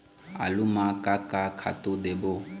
आलू म का का खातू देबो?